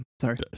sorry